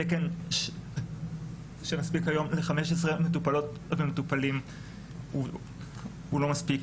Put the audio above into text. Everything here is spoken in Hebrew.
התקן שמספיק היום ל-15 מטופלות ומטופלים הוא לא מספיק,